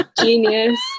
genius